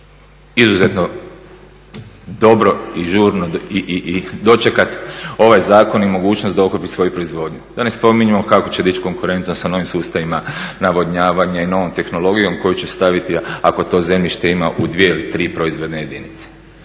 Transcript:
izuzetno dobro i žurno dočekati ovaj zakon i mogućnost da okrupni svoju proizvodnju. Da ne spominjemo kako će dići konkurentnost sa novim sustavima navodnjavanja i novom tehnologijom koju će staviti ako to zemljište ima u dvije ili tri proizvodne jedinice.